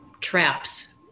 traps